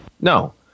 no